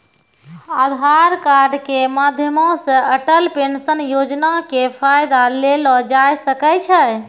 आधार कार्ड के माध्यमो से अटल पेंशन योजना के फायदा लेलो जाय सकै छै